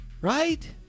Right